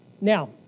Now